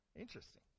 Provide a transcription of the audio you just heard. Interesting